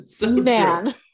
man